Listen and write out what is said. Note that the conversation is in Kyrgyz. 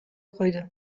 койду